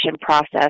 process